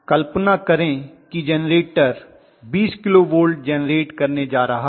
कल्पना करें कि generator 20 kilo volt generate करने जा रहा है